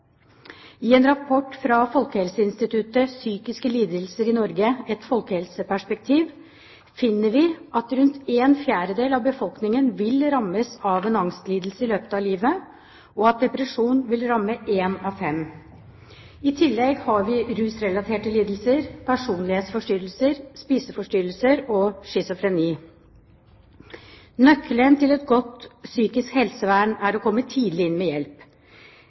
I en rapport fra Folkehelseinstituttet, Psykiske lidelser i Norge: Et folkehelseperspektiv, finner vi at rundt en fjerdedel av befolkningen vil rammes av en angstlidelse i løpet av livet, og at depresjon vil ramme en av fem. I tillegg har vi rusrelaterte lidelser, personlighetsforstyrrelser, spiseforstyrrelser og schizofreni. Nøkkelen til et godt psykisk helsevern er å komme tidlig inn med hjelp.